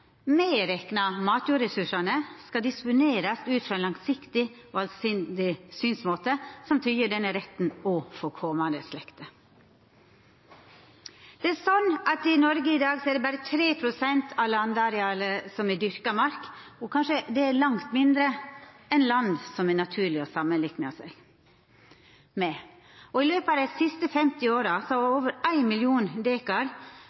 matjordressursane, skal disponerast ut frå ein langsiktig og allsidig synsmåte som tryggjer denne retten òg for kommande slekter.» Det er slik at det i Noreg i dag berre er 3 pst. av landarealet som er dyrka mark, og det er langt mindre enn i land som det er naturleg å samanlikna seg med. I løpet av dei siste 50 åra har